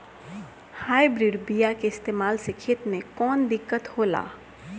Hybrid बीया के इस्तेमाल से खेत में कौन दिकत होलाऽ?